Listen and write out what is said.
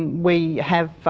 we have